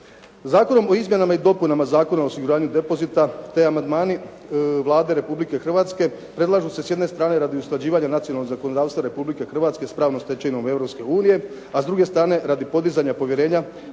Zakonom o izmjenama i dopunama Zakona o osiguranju depozita, te amandmani Vlade Republike Hrvatske predlažu se s jedne strane radi usklađivanja nacionalnog zakonodavstva Republike Hrvatske s pravnom stečevinom Europske unije, a s druge strane radi podizanja povjerenja